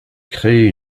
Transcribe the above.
créer